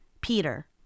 Peter